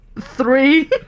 three